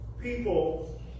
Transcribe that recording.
people